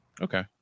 Okay